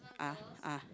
ah ah